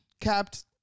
capped